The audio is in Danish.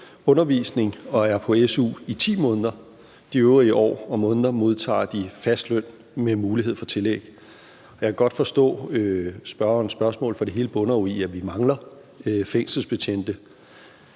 undervisning og er på su i 10 måneder. De øvrige år og måneder modtager de fast løn med mulighed for tillæg. Jeg kan godt forstå spørgerens spørgsmål, for det hele bunder jo i, at vi mangler fængselsbetjente.